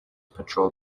patrol